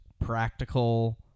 practical